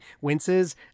winces